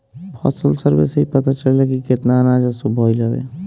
फसल सर्वे से इ पता चलेला की केतना अनाज असो भईल हवे